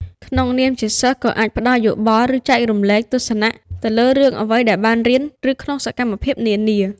ក្នុងនាមជាសិស្សក៏អាចផ្ដល់យោបល់ ឬចែករំលែកទស្សនៈ ទៅលើរឿងអ្វីដែលបានរៀន ឬក្នុងសកម្មភាពនានា។